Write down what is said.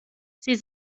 sie